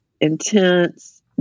intense